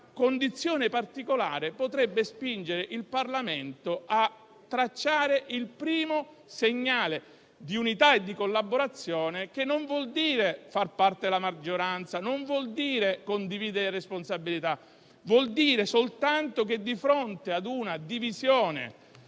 condizione particolare potrebbe spingere il Parlamento a tracciare il primo segnale di unità e di collaborazione. Ciò non vuol dire far parte della maggioranza, non vuol dire condividere responsabilità, ma vuol dire soltanto che di fronte ad una divisione